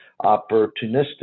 opportunistic